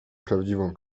prawdziwą